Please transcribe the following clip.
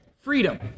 freedom